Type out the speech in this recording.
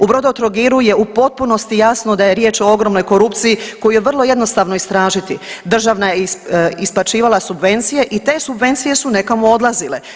U Brodotrogiru je u potpunosti jasno da je riječ o ogromnoj korupciji koju je vrlo jednostavno istražiti, država je isplaćivala subvencije i te subvencije su nekome odlazile.